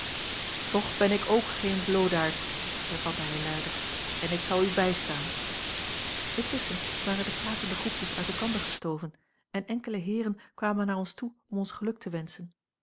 toch ben ik ook geen bloodaard hervatte hij luider en ik zal u bijstaan intusschen waren de pratende groepjes uit elkander gestoven en enkele heeren kwamen naar ons toe om ons geluk te wenschen